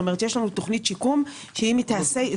יש לנו תוכנית שיקום שאם היא תיעשה,